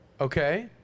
okay